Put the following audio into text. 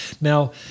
Now